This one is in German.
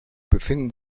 befinden